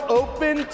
open